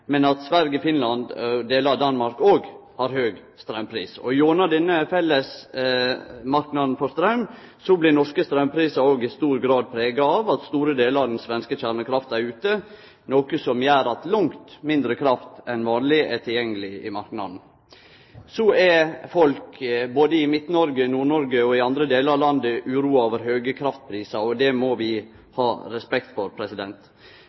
Sverige, Finland og delar av Danmark har høg straumpris. Gjennom denne felles marknaden for straum blir norske straumprisar i stor grad prega av at store delar av den svenske kjernekrafta er ute, noko som gjer at langt mindre kraft enn vanleg er tilgjengeleg i marknaden. Folk i Midt-Noreg, Nord-Noreg og andre delar av landet er uroa over høge kraftprisar. Det må vi ha respekt for.